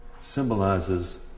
symbolizes